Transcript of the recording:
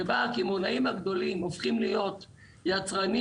שבה הקמעונאים הגדולים הופכים להיות יצרנים